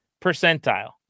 percentile